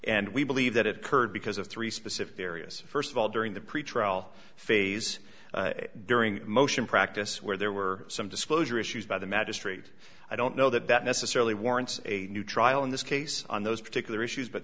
and we believe that it occurred because of three specific areas first of all during the pretrial phase during motion practice where there were some disclosure issues by the magistrate i don't know that that necessarily warrants a new trial in this case on those particular issues but